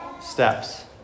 steps